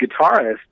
guitarist